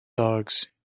dogs